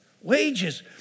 wages